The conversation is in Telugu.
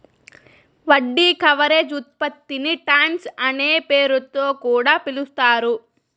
వడ్డీ కవరేజ్ ఉత్పత్తిని టైమ్స్ అనే పేరుతొ కూడా పిలుస్తారు